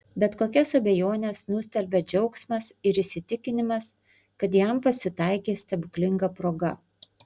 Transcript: bet kokias abejones nustelbia džiaugsmas ir įsitikinimas kad jam pasitaikė stebuklinga proga